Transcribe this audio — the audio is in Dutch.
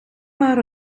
maar